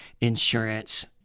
insurance